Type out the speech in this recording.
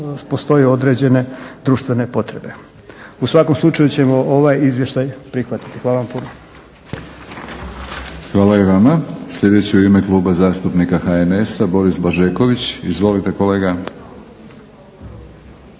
postoje određene društvene potrebe. U svakom slučaju ćemo ovaj izvještaj prihvatiti. Hvala vam puno. **Batinić, Milorad (HNS)** Hvala i vama. Sljedeći je u ime Kluba zastupnika HNS-a Boris Blažeković. Izvolite kolega.